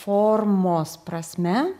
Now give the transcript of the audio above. formos prasme